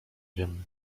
wiem